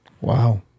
Wow